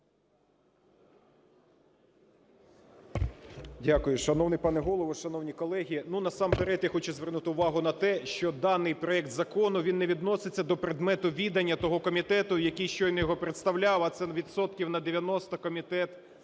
Дякую. Шановний пане Голово, шановні колеги, ну, насамперед я хочу звернути увагу на те, що даний проект закону, він не відноситься до предмету відання того комітету, який щойно його представляв, а це відсотків на 90 Комітет